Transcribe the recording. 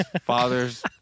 father's